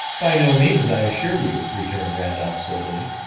by no means, i assure you, returned randolph soberly.